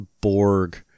Borg